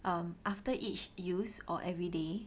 um after each use or everyday